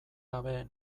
gabe